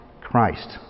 Christ